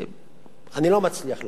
אני לא מצליח להפריד.